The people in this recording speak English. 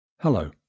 Hello